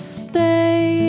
stay